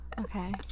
Okay